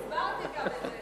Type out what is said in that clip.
הסברתי הכול,